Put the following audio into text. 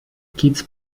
kids